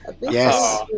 Yes